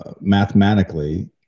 mathematically